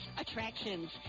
Attractions